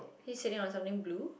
he's sitting on something blue